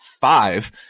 five